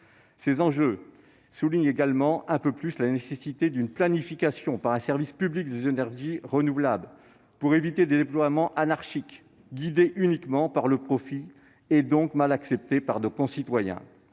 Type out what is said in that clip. Ces enjeux soulignent également un peu plus la nécessité d'une planification, par un service public, des énergies renouvelables, afin d'éviter des déploiements anarchiques, guidés uniquement par le profit et donc mal acceptés par nos concitoyens.